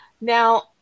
Now